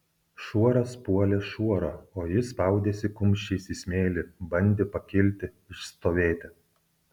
šuoras puolė šuorą o jis spaudėsi kumščiais į smėlį bandė pakilti išstovėti